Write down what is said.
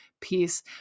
piece